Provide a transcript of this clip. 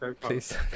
Please